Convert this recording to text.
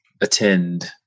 attend